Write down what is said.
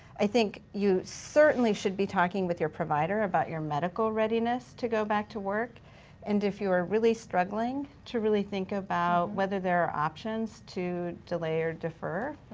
i think you certainly should be talking with your provider about your medical readiness to go back to work and if you are really struggling, to really think about whether there are options to delay or defer